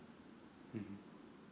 mmhmm